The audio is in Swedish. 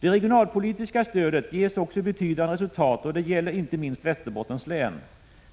Det regionalpolitiska stödet ger också betydande resultat, och det gäller inte minst Västerbottens län.